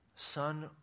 son